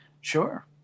Sure